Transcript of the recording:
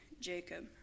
Jacob